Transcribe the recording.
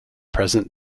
present